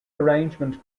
arrangement